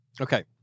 Okay